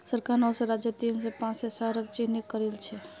सरकार नौ राज्यत तीन सौ पांच शहरक चिह्नित करिल छे